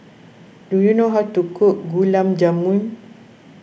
do you know how to cook Gulab Jamun